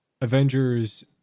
Avengers